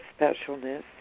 specialness